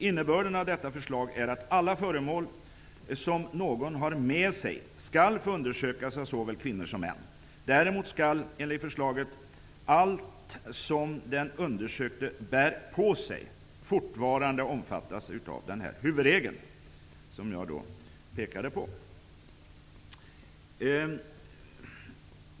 Innebörden av detta förslag är att alla föremål som någon har med sig skall få undersökas av såväl kvinnor som män. Däremot skall, enligt förslaget, allt som den undersökte bär på sig fortfarande omfattas av huvudregeln.''